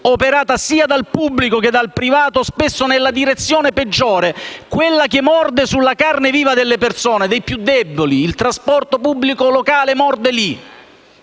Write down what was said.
operata sia dal pubblico che dal privato spesso nella direzione peggiore, quella che morde sulla carne viva delle persone, dei più deboli. Il trasporto pubblico locale morde lì.